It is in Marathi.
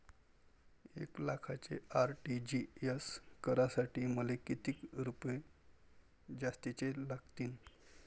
एक लाखाचे आर.टी.जी.एस करासाठी मले कितीक रुपये जास्तीचे लागतीनं?